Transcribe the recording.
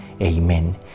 amen